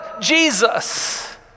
Jesus